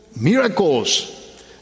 miracles